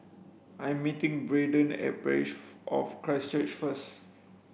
I meeting Braedon at Parish of Christ Church first